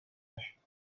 yaşıyor